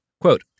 Quote